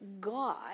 God